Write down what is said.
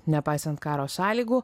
nepaisant karo sąlygų